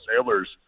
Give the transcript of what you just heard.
sailors